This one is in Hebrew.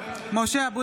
(קוראת בשמות חברי הכנסת) משה אבוטבול,